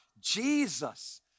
Jesus